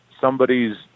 somebody's